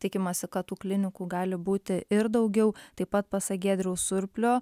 tikimasi kad tų klinikų gali būti ir daugiau taip pat pasak giedriaus surplio